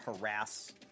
harass